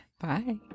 bye